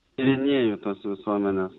tyrinėju tuos visuomenė